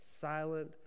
silent